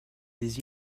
des